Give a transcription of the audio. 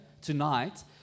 tonight